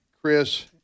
Chris